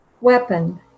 Weapon